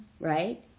right